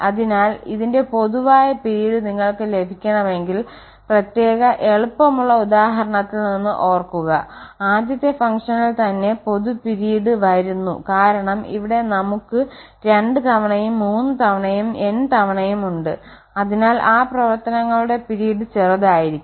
അതിനാൽ ഇതിന്റെ പൊതുവായ പിരീഡ് നിങ്ങൾക്ക് ലഭിക്കണമെങ്കിൽ പ്രത്യേക എളുപ്പമുള്ള ഉദാഹരണത്തിൽ നിന്ന് ഓർക്കുക ആദ്യത്തെ ഫംഗ്ഷനിൽ തന്നെ പൊതു പിരീഡ് വരുന്നു കാരണം ഇവിടെ നമുക്ക് രണ്ട് തവണയും മൂന്ന് തവണയും n തവണയും ഉണ്ട് അതിനാൽ ആ പ്രവർത്തനങ്ങളുടെ പിരീഡ് ചെറുതായിരിക്കും